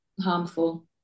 harmful